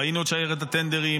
ראינו את שיירת הטנדרים,